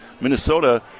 Minnesota